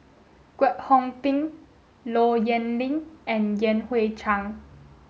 Kwek Hong Png Low Yen Ling and Yan Hui Chang